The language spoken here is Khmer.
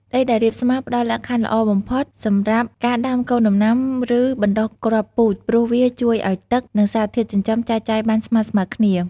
ដីដែលរាបស្មើផ្តល់លក្ខខណ្ឌល្អបំផុតសម្រាប់ការដាំកូនដំណាំ ឬបណ្ដុះគ្រាប់ពូជ ព្រោះវាជួយឲ្យទឹក និងសារធាតុចិញ្ចឹមចែកចាយបានស្មើៗគ្នា។